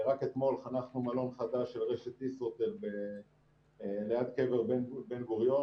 רק אתמול חנכנו מלון חדש של רשת ישרוטל ליד קבר בן גוריון,